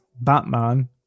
batman